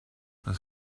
was